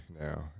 now